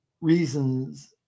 reasons